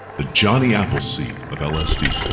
the jonny appleseed of lsd.